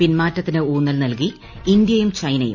പിൻമാറ്റത്തിന് ഊന്നൽ നൽകി ഇന്ത്യയും ചൈനയും